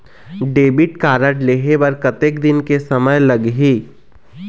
Debit card लेहे बर कतेक दिन के समय लगही?